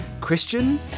Christian